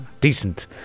decent